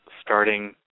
starting